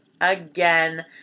again